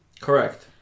Correct